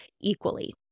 equally